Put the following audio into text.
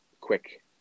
quick